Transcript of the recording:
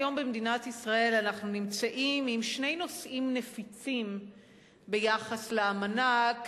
היום במדינת ישראל אנחנו נמצאים עם שני נושאים נפיצים ביחס לאמנה,